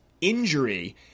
injury